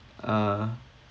uh